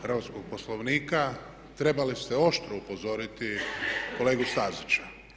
Hrvatskog poslovnika trebali ste oštro upozoriti kolegu Stazića.